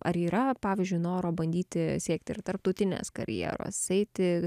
ar yra pavyzdžiui noro bandyti siekti ir tarptautinės karjeros eiti